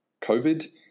COVID